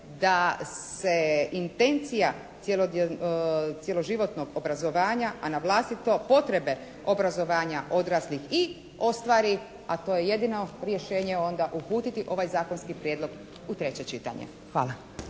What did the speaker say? da se intencija cjeloživotnog obrazovanja, a na vlastito potrebe obrazovanja odraslih i ostvari, a to je jedino rješenje uputiti ovaj zakonski prijedlog u treće čitanje. Hvala.